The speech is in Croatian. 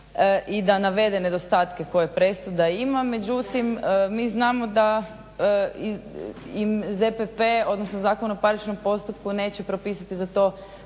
i da navede nedostatke koje presuda ima. Međutim, mi znamo da im ZPP, odnosno Zakon o parničnom postupku neće propisati za to